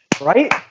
right